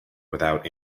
without